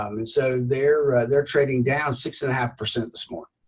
um and so they're they're trading down six and a half percent this morning.